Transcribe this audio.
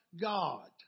God